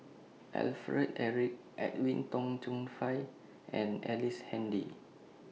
Alfred Eric Edwin Tong Chun Fai and Ellice Handy